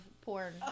porn